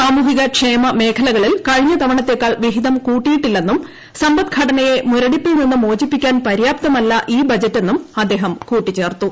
സാമൂഹികക്ഷേമ മേഖലകളിൽ കഴി ഞ്ഞതവണത്തേക്കാൾ വിഹിതം കൂട്ടിയിട്ടില്ലെന്നും സമ്പദ്ഘടനയെ മുരടിപ്പിൽ നിന്ന് മോചിപ്പിക്കാൻ പര്യാപ്തമല്ല ഈ ബജറ്റെന്നും അദ്ദേഹം കൂട്ടിച്ചേർത്തു